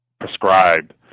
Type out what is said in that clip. prescribed